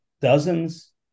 Dozens